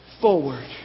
forward